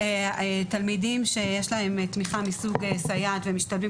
תלמידים שיש להם תמיכה מסוג סייעת ומשתלבים,